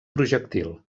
projectil